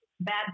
bad